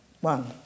one